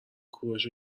کوروش